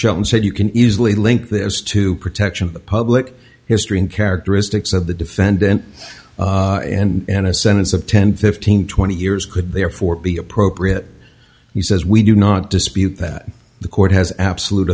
shelton said you can easily link this to protection of the public history and characteristics of the defendant and a sentence of ten fifteen twenty years could therefore be appropriate he says we do not dispute that the court has absolute